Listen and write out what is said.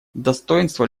достоинство